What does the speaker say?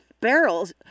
barrels